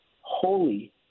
holy